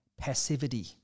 passivity